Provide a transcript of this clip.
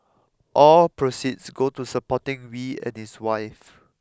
all proceeds go to supporting Wee and his wife